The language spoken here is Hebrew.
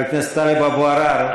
חבר הכנסת טלב אבו עראר,